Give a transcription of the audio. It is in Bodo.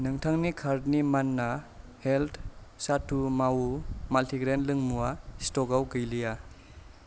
नोंथांनि कार्टनि मान्ना हेल्थ साथु मावु माल्टिग्रेन लोंमुआ स्टकआव गैलिया